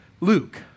Luke